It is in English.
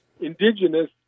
Indigenous